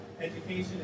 education